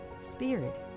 spirit